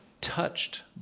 touched